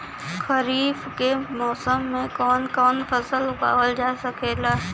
खरीफ के मौसम मे कवन कवन फसल उगावल जा सकेला?